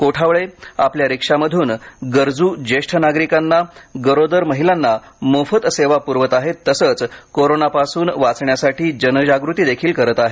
कोठावळे आपल्या रिक्षामधून गरजू ज्येष्ठ नागरिकांना गरोदर महिलांना मोफत सेवा पुरवणं कोरोनापासून वाचण्यासाठी जनजागृती करत आहेत